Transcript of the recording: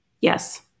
Yes